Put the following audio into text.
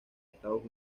estados